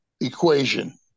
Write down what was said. equation